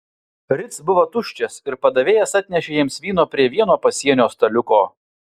ritz buvo tuščias ir padavėjas atnešė jiems vyno prie vieno pasienio staliuko